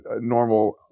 normal